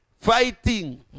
Fighting